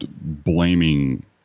blaming